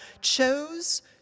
chose